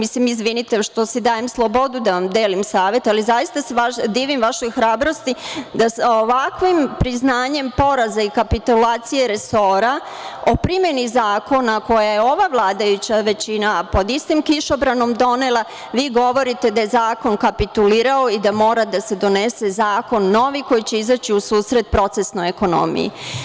Izvinite što si dajem slobodu da vam delim savet, ali se zaista divim vašoj hrabrosti da sa ovakvim priznanjem poraza i kapitulacije resora o primeni zakona koji je ova vladajuća većina pod istim kišobranom donela, vi govorite da je zakon kapitulirao i da mora da se donese novi zakon koji će izaći u susret procesnoj ekonomiji.